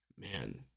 man